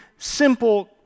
simple